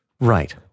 Right